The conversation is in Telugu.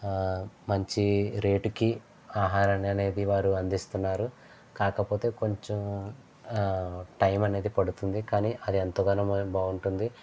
మంచి రేటుకి ఆహారం అనేది వారు అందిస్తున్నారు కాకపోతే కొంచం టైం అనేది పడుతుంది కానీ అది ఎంతగానో బాగుంటుంది